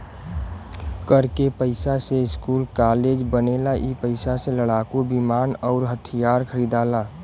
कर के पइसा से स्कूल कालेज बनेला ई पइसा से लड़ाकू विमान अउर हथिआर खरिदाला